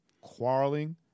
quarreling